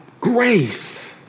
grace